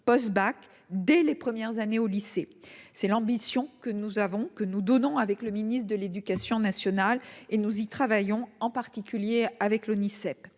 post-bac dès les premières années au lycée c'est l'ambition que nous avons que nous donnons avec le ministre de l'Éducation nationale et nous y travaillons, en particulier avec l'Onicep,